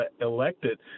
elected